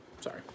Sorry